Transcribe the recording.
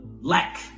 lack